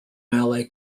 malay